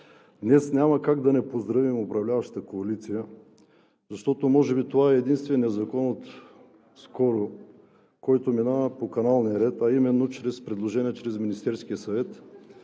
днес няма как да не поздравим управляващата коалиция, защото може би това е единственият закон отскоро, който минава по каналния ред, а именно чрез предложение на Министерския съвет,